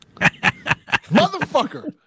Motherfucker